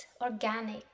organic